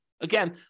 Again